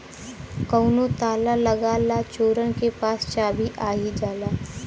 कउनो ताला लगा ला चोरन के पास चाभी आ ही जाला